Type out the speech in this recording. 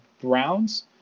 Browns